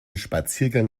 spaziergang